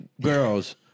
girls